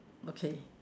okay